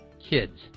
kids